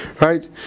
Right